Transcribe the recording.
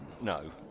no